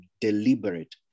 deliberate